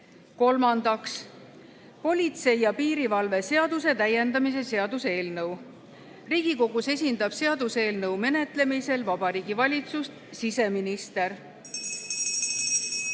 Kolmandaks, politsei ja piirivalve seaduse täiendamise seaduse eelnõu. Riigikogus esindab seaduseelnõu menetlemisel Vabariigi Valitsust siseminister.